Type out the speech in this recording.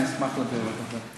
אני אשמח להעביר לך את זה.